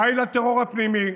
די לטרור הפנימי,